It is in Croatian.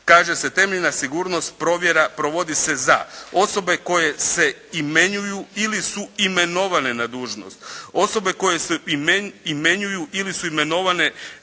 kaže se temeljna sigurnost provjera provodi se za osobe koje se imenuju ili se imenovane na dužnost, osobe koje se imenuju ili su imenovane